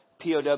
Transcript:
POW